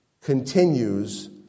continues